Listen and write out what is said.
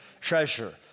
treasure